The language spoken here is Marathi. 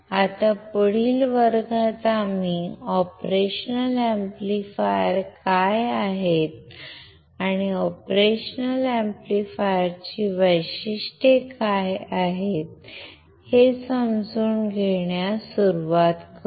आता पुढील वर्गात आम्ही ऑपरेशनल अॅम्प्लीफायर्स काय आहेत आणि ऑपरेशनल अॅम्प्लीफायरची वैशिष्ट्ये काय आहेत हे समजून घेण्यास सुरुवात करू